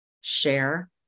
share